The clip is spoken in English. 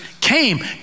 came